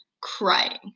crying